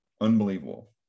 Unbelievable